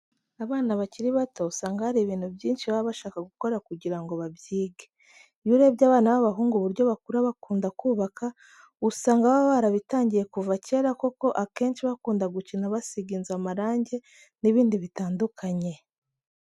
Abana bakiri bato usanga hari ibintu byinshi baba bashaka gukora kugira ngo babyige. Iyo urebye abana b'abahungu uburyo bakura bakunda kubaka, usanga baba barabitangiye kuva kera koko akenshi bakunda gukina basiga inzu amarange n'ibindi bitandukanye.